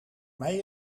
mij